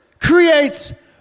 creates